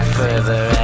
further